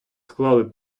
склали